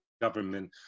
government